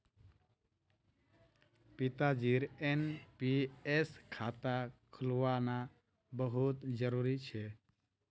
पिताजीर एन.पी.एस खाता खुलवाना बहुत जरूरी छ